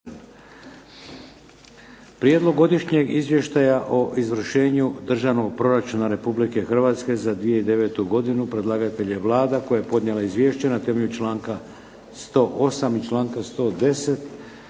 Prijedlog godišnjeg izvještaja o izvršenju Državnog proračuna Republike Hrvatske za 2009. godinu, predlagatelj je Vlada koja je podnijela izvješće na temelju članka 108. i članka 110.